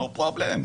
אין בעיה,